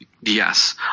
Yes